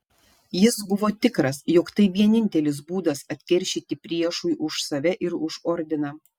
jis buvo tikras jog tai vienintelis būdas atkeršyti priešui už save ir už ordiną